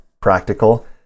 practical